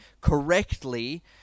correctly